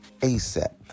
ASAP